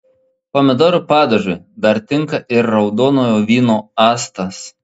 pomidorų padažui dar tinka ir raudonojo vyno actas